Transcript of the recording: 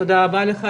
תודה רבה לך,